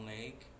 Lake